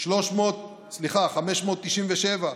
597,